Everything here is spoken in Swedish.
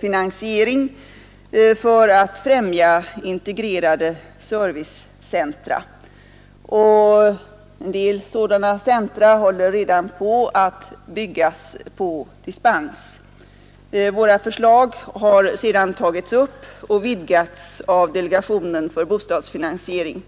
finansiering för att främja integrerade servicecentra, och en del sådana centra håller redan på att byggas på dispens. Våra förslag har sedan tagits upp och vidgats av delegationen för bostadsfinansiering.